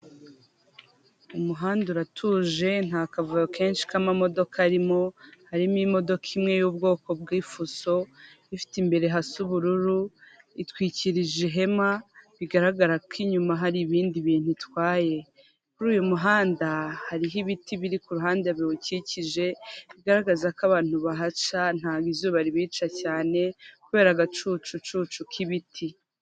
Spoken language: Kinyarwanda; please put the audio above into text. Inyubako nini baragaragaza ko iherereye Kibagabaga Kigali kandi barerekana ko iri kugurishwa amadolari ibihumbi ijana na mirongo itatu na bitanu iki ni ikintu gishyirwa ku nzu cyangwa se gishyirwa ahantu umuntu ari kugurisha agamije ko abantu babona icyo agambiriye cyangwa se bamenya ko niba agiye kugurisha bamenya agaciro , igenagaciro ry'icyo kintu ashaka kugurisha .